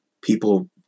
People